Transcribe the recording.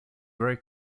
very